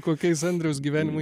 kokiais andriaus gyvenimo